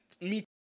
meet